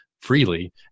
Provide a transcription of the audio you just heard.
freely